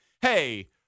hey